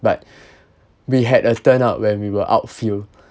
but we had a turn out when we were outfield